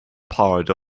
part